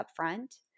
upfront